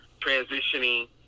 transitioning